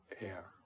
air